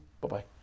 Bye-bye